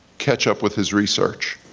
catch up with his research.